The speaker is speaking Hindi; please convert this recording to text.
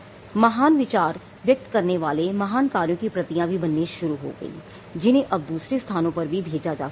महान विचार व्यक्त करने वाले महान कार्यों की भी प्रतियां बननी शुरू हो गई जिन्हें अब दूसरे स्थानों पर भी भेजा जा सकता था